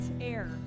air